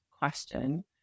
Question